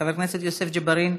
חבר הכנסת יוסף ג'בארין,